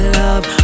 love